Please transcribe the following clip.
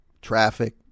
traffic